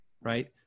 right